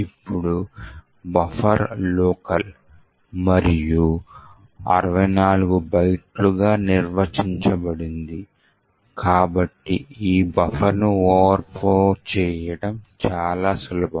ఇప్పుడు buffer local మరియు పరిమాణం 64 బైట్లుగా నిర్వచించబడింది కాబట్టి ఈ bufferను S ఓవర్ఫ్లో చేయడం చాలా సులభం